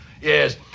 Yes